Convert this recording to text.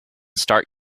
start